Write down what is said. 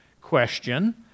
question